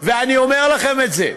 ואני אומר לכם את זה.